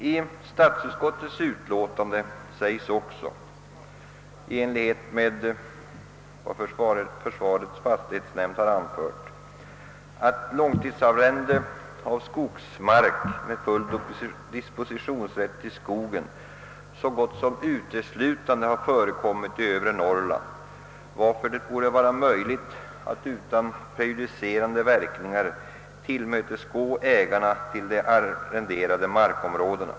I statsutskottets utlåtande uttalas också i enlighet med vad försvarets fastighetsnämnd anfört, att långtidsarrende av skogsmark med full dispositionsrätt till skogen så gott som uteslutande förekommit i Övre Norrland, varför det borde vara möjligt att utan prejudicerande verkningar tillmötesgå ägarna till de utarrenderade markområdena.